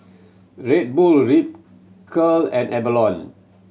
Red Bull Ripcurl and Avalon